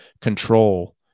control